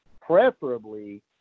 preferably